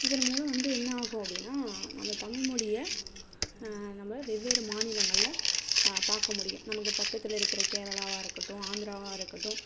இதன் மூலம் வந்து என்ன ஆகும் அப்படின்னா நம்ம தமிழ் மொழிய நம்ம வெவ்வேறு மாநிலங்களில் பார்க்க முடியும் நமக்கு பக்கத்தில் இருக்கிற கேரளாவாக இருக்கட்டும் ஆந்திராவாக இருக்கட்டும்